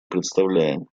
представляем